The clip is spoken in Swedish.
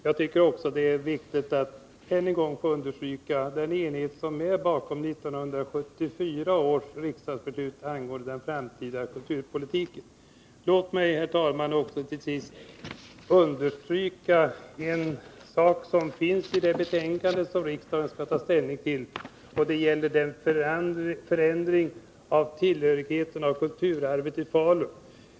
Jag tycker också att det är viktigt att än en gång få understryka den enighet som råder om 1974 års riksdagsbeslut angående den framtida kulturpolitiken. Låt mig, herr talman, till sist också understryka en sak i det betänkande som riksdagen skall ta ställning till; det gäller en förändring av tillhörigheten av Kulturarvet i Falun.